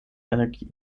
energie